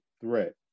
threat